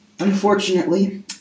Unfortunately